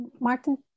Martin